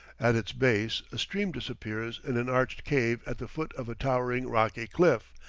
at its base, a stream disappears in an arched cave at the foot of a towering rocky cliff,